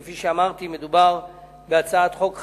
כפי שאמרתי, מדובר בהצעת חוק חשובה,